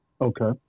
Okay